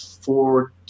four